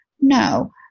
No